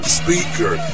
speaker